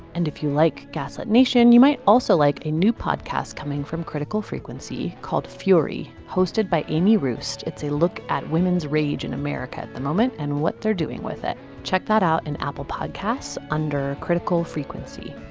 and if you like, gaslit nation, you might also like a new podcast coming from critical frequency called fury hosted by amy roost. it's a look at women's rage at and america at the moment and what they're doing with it. check that out in apple podcasts under critical frequency.